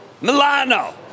Milano